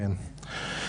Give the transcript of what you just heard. כן.